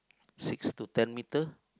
six to ten metre